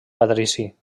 patrici